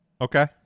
okay